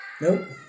Nope